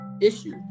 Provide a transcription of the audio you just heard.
issue